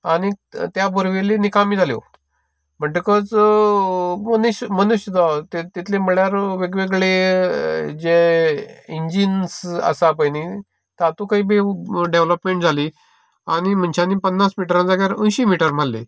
आनीक त्या बोरवेली रिकाम्यो जाल्यो म्हणटकच मनीस मनूश्य म्हळ्यार वेगवेगळे जे इंजिन्स आसा पय न्ही तातूकूय बी डेव्हलोपमेंट जाली आनी मनशानी पन्नास मिटरा जाग्यार अंयशी मिटर मारले